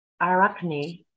arachne